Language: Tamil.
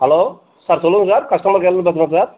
ஹலோ சார் சொல்லுங்கள் சார் கஸ்டமர் கேர்லேருந்து பேசுகிறேன் சார்